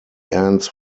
ends